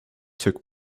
took